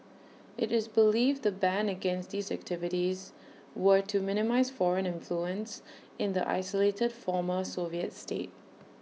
IT is believed the ban against these activities were to minimise foreign influence in the isolated former Soviet state